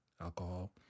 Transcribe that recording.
alcohol